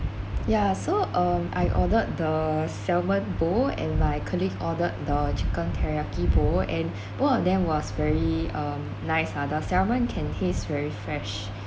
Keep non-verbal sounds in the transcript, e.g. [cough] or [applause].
yeah so um I ordered the salmon bowl and my colleague ordered the chicken teriyaki bowl and [breath] both of them was very um nice ah the salmon can taste very fresh